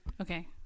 Okay